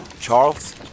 Charles